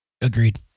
Agreed